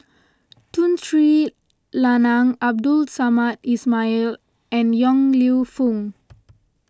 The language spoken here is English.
Tun Sri Lanang Abdul Samad Ismail and Yong Lew Foong